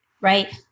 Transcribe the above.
right